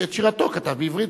שאת שירתו כתב בעברית,